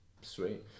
sweet